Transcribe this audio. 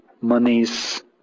monies